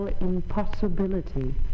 impossibility